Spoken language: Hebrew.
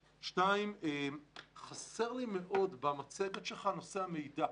שנית, חסר לי מאוד במצגת שלך נושא המידע.